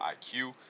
IQ